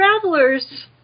travelers